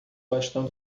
bastão